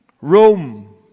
Rome